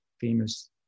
famous